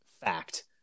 fact